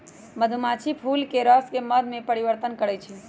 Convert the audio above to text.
मधुमाछी फूलके रसके मध में परिवर्तन करछइ